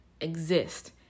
exist